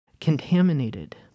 contaminated